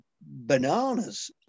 bananas